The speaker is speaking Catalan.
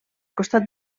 costat